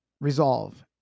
resolve